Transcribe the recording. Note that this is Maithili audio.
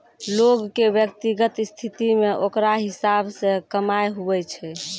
लोग के व्यक्तिगत स्थिति मे ओकरा हिसाब से कमाय हुवै छै